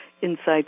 insights